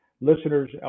listeners